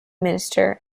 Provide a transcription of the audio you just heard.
minister